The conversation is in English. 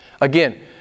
Again